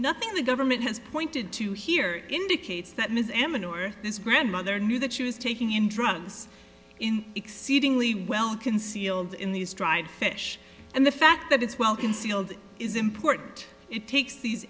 nothing the government has pointed to here indicates that ms amador this grand mother knew that she was taking in drugs in exceedingly well concealed in these dried fish and the fact that it's well concealed is important it takes these